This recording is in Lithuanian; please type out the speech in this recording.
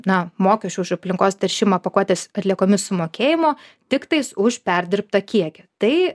na mokesčių už aplinkos teršimą pakuotės atliekomis sumokėjimo tiktais už perdirbtą kiekį tai